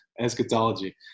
Eschatology